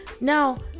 now